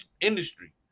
industry